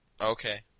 Okay